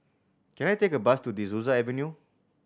can I take a bus to De Souza Avenue